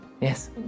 Yes